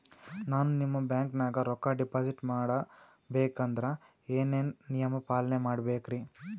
ನಾನು ನಿಮ್ಮ ಬ್ಯಾಂಕನಾಗ ರೊಕ್ಕಾ ಡಿಪಾಜಿಟ್ ಮಾಡ ಬೇಕಂದ್ರ ಏನೇನು ನಿಯಮ ಪಾಲನೇ ಮಾಡ್ಬೇಕ್ರಿ?